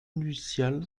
nuptiale